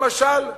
למשל,